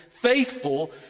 faithful